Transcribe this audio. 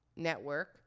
network